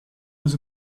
was